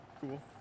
cool